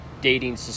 dating